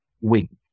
wink